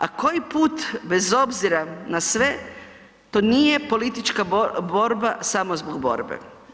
A koji put bez obzira na sve, to nije politička borba samo zbog borbe.